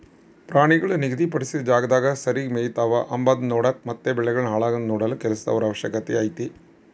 ಪ್ರಾಣಿಗಳು ನಿಗಧಿ ಪಡಿಸಿದ ಜಾಗದಾಗ ಸರಿಗೆ ಮೆಯ್ತವ ಅಂಬದ್ನ ನೋಡಕ ಮತ್ತೆ ಬೆಳೆಗಳನ್ನು ಹಾಳಾಗದಂತೆ ನೋಡಲು ಕೆಲಸದವರ ಅವಶ್ಯಕತೆ ಐತೆ